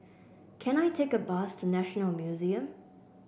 can I take a bus to National Museum